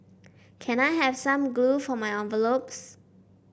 can I have some glue for my envelopes